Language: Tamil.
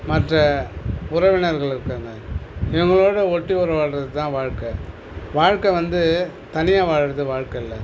மற்ற உறவினர்கள் இருக்காங்க இவங்களோட ஒட்டி உறவாடுறதுதான் வாழ்க்கை வாழ்க்கை வந்து தனியாக வாழ்கிறது வாழ்க்கை இல்லை